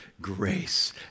grace